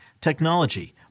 technology